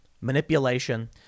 manipulation